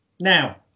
Now